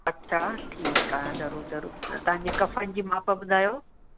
अच्छा ठीकु आहे ज़रूरु ज़रूरु तव्हां जे कफ़नि जी मापु ॿुधायो